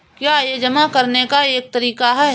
क्या यह जमा करने का एक तरीका है?